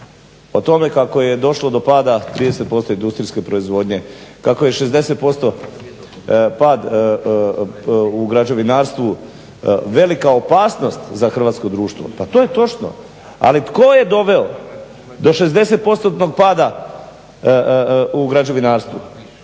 o tome kako je došlo do pada 30% industrijske proizvodnje, kako je 60% pad u građevinarstvu velika opasnost za hrvatsko društvo. Pa to je točno. Ali tko je doveo do 60% pada u građevinarstvu?